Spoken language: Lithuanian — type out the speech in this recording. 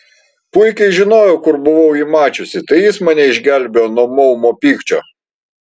puikiai žinojau kur buvau jį mačiusi tai jis mane išgelbėjo nuo maumo pykčio